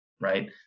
Right